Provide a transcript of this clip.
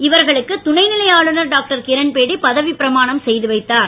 இவர்களுக்கு துணைநிலை ஆளுநர் டாக்டர் கிரண்பேடி பதவி பிரமாணம் செய்து வைத்தார்